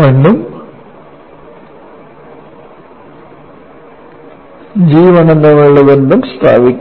ഉം G I ഉം തമ്മിലുള്ള ബന്ധം സ്ഥാപിക്കുക